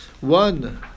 One